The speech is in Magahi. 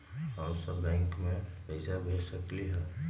हम सब बैंक में पैसा भेज सकली ह?